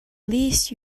least